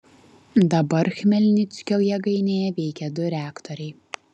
dabar chmelnickio jėgainėje veikia du reaktoriai